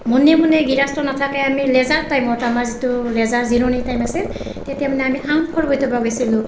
মনে মনে গৃহস্থ নাথাকে আমি লেজাৰ টাইমত আমাৰ যিটো লেজাৰ জিৰণি টাইম আছিল তেতিয়া মানে আমি আম ফৰ্মুটিয়াব গৈছিলোঁ